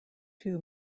two